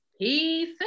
Peace